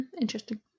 Interesting